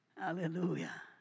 Hallelujah